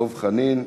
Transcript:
דב חנין.